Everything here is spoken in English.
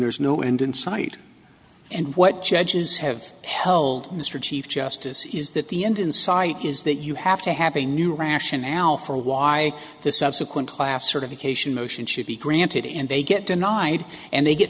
there's no end in sight and what judges have held mr chief justice is that the end in sight is that you have to have a new rationale for why the subsequent class certification motion should be granted and they get denied and they get